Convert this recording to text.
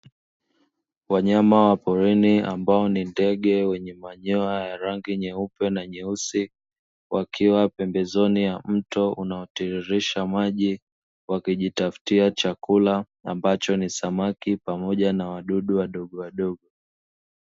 Wanyama wa porini ambao ni ndege wenye manyoya meupe na meusi wakiwa pembezoni mwa mto unaotiririsha maji wakijitafutia chakula ambacho ni samaki pamoja na wadudu wadogo wadogo.